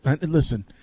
Listen –